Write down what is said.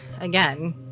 again